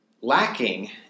lacking